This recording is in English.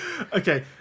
Okay